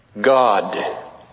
God